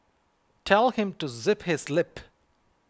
tell him to zip his lip